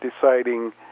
deciding